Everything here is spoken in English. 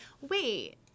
wait